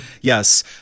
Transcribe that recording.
Yes